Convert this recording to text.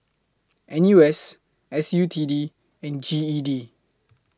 N U S S U T D and G E D